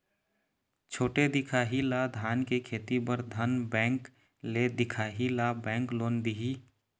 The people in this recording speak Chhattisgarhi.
छोटे दिखाही ला धान के खेती बर धन बैंक ले दिखाही ला बैंक लोन दिही?